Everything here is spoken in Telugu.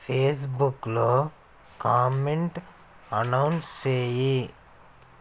ఫేస్బుక్లో కామెంట్ అనౌన్స్ చేయి